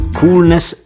coolness